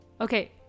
okay